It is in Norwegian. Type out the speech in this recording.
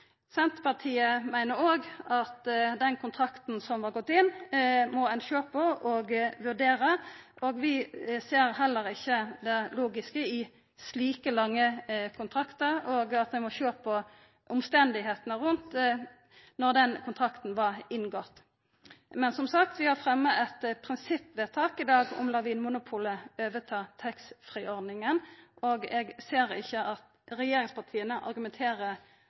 Senterpartiet meiner òg at den kontrakten som var inngått, må ein sjå på og vurdera. Vi ser heller ikkje det logiske i slike lange kontraktar, og ein må sjå på omstenda rundt når den kontrakten vart inngått. Men som sagt: Vi har fremja eit prinsippvedtak i dag om å la Vinmonopolet overta taxfree-ordninga, og eg ser ikkje at regjeringspartia argumenterer